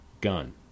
gun